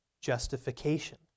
justification